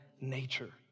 nature